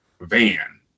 van